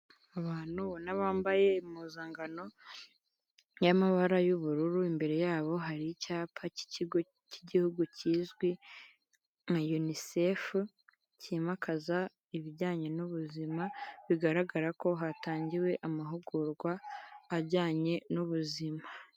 Abantu ubona bambaye impuzankano y'amabara y'ubururu imbere yabo hari icyapa cy'ikigo cy'igihugu kizwi nka UNICEF cyimakaza ibijyanye n'ubuzima bigaragara ko hatangiwe amahugurwa ajyanye n'ubuzima.